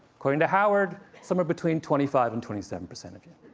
according to howard, somewhere between twenty five and twenty seven percent of you.